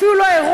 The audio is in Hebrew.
אפילו לא עירום,